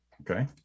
okay